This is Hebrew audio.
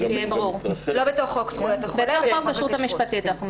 לא בתוך חוק זכויות החולה אלא בחוק הכשרות המשפטית.